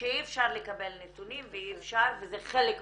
שאי אפשר לקבל נתונים וזה חלק מהמדיניות,